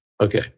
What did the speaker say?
Okay